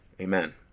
amen